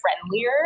friendlier